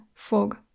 Fog